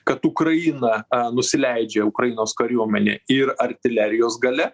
kad ukraina a nusileidžia ukrainos kariuomenė ir artilerijos galia